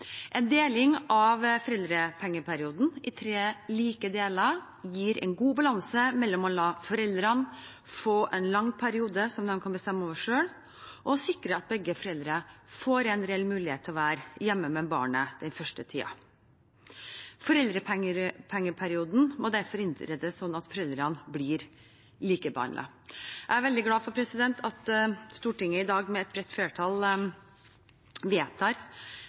En deling av foreldrepengeperioden i tre like deler gir en god balanse mellom å la foreldrene få en lang periode som de kan bestemme over selv, og sikre at begge foreldre får en reell mulighet til å være hjemme med barnet den første tiden. Foreldrepengeperioden må derfor innrettes sånn at foreldrene blir likebehandlet. Jeg er veldig glad for at Stortinget i dag med et bredt flertall vedtar